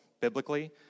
biblically